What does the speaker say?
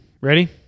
Ready